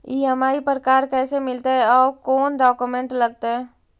EMI पर car कैसे मिलतै औ कोन डाउकमेंट लगतै?